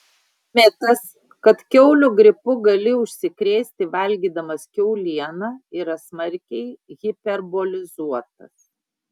mitas kad kiaulių gripu gali užsikrėsti valgydamas kiaulieną yra smarkiai hiperbolizuotas